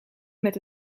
met